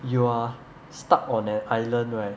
you are stuck on an island right